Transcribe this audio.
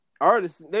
artists